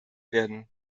werden